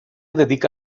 dedica